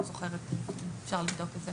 לא זוכרת מי אבל אפשר לבדוק את זה.